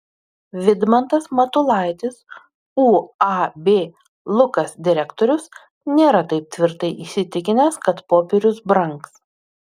vidmantas matulaitis uab lukas direktorius nėra taip tvirtai įsitikinęs kad popierius brangs